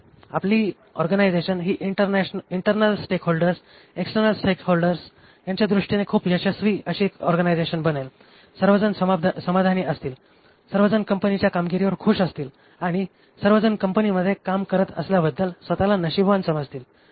तर आपली ऑर्गनायझेशन ही इंटरनल स्टेकहोल्डर्स एक्सटरनल स्टेकहोल्डर्स यांच्या दृष्टीने खूप यशस्वी अशी ऑर्गनायझेशन बनेल सर्वजण समाधानी असतील सर्वजण कंपनीच्या कामगिरीवर खुश असतील आणि सर्वजण कंपनीमध्ये काम करत असल्याबद्दल स्वताला नशीबवान समजतील